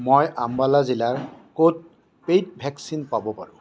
মই আম্বালা জিলাৰ ক'ত পেইড ভেকচিন পাব পাৰোঁ